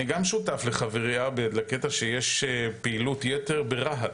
אני גם שותף לחברי בקטע שיש פעילות יתר ברהט,